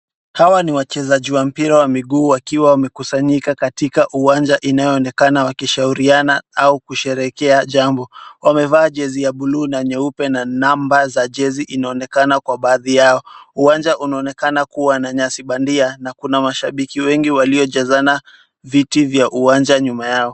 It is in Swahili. Hawa ni wachezaji wa mpira wa miguu wakiwa wamekusanyika katika uwanja inaoonekana wakishauriana au kusherekea jambo. Wamevaa jezi ya buluu na nyeupe na namba za jezi inaonekana kwa baadhi yao. Uwanja unaoonekana kuwa na nyasi bandia na kuna washabiki wengi walio jazana viti vya uwanja nyuma yao.